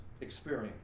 experience